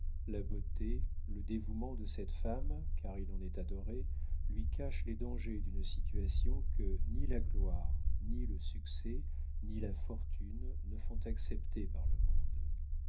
la beauté le dévouement de cette femme car il en est adoré lui cachent les dangers d'une situation que ni la gloire ni le succès ni la fortune ne font accepter par le monde